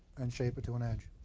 and shape it to an edge.